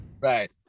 Right